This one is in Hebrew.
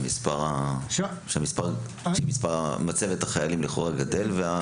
וזאת כשמצבת החיילים גדלה לכאורה.